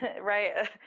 Right